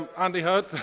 andy heard,